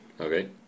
okay